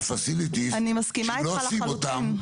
הפסיליטיז שאם לא עושים אותם,